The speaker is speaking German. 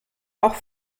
auch